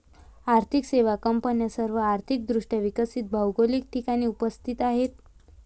आर्थिक सेवा कंपन्या सर्व आर्थिक दृष्ट्या विकसित भौगोलिक ठिकाणी उपस्थित आहेत